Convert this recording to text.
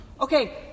Okay